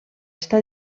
està